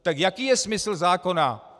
Tak jaký je smysl zákona?